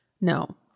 No